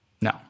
No